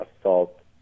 assault